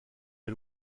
des